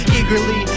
eagerly